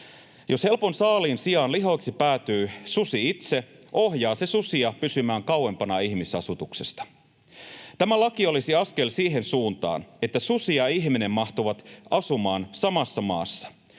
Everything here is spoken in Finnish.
Jos helpon saaliin sijaan lihoiksi päätyy susi itse, ohjaa se susia pysymään kauempana ihmisasutuksesta. Tämä laki olisi askel siihen suuntaan, että susi ja ihminen mahtuvat asumaan samassa maassa.